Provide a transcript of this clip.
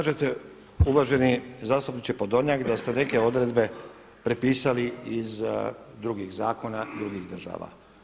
Kažete uvaženi zastupniče Podolnjak da ste neke odredbe prepisali iz drugih zakona drugih država.